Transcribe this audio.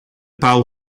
pauw